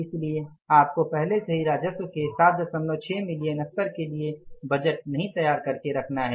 इसलिए आपको पहले से ही राजस्व के 76 मिलियन स्तर के लिए बजट भी नहीं तैयार करके रखना है